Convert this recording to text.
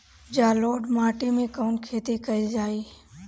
जलोढ़ माटी में कवन खेती करल जाई?